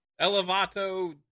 Elevato